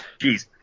Jeez